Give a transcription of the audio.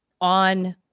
on